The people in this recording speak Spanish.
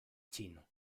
chino